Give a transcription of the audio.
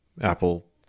apple